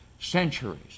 Centuries